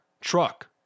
truck